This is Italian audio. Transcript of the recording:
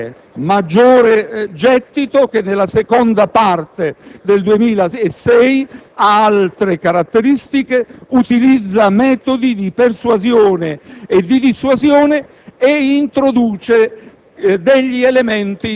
carosello». Maggiore gettito, dunque, che nella seconda parte del 2006 ha altre caratteristiche, utilizza metodi di persuasione e di dissuasione ed introduce